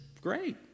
great